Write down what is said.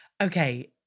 Okay